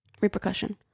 Repercussion